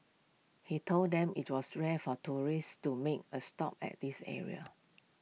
he told them IT was rare for tourists to make A stop at this area